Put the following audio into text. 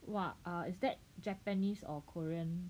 !wow! err is that Japanese or Korean